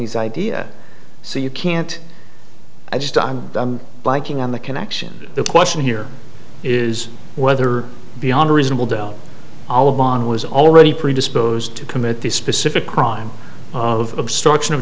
these idea so you can't i just i'm blanking on the connection the question here is whether beyond reasonable doubt all of bond was already predisposed to commit this specific crime of obstruction of